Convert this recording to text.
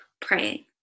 praying